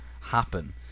happen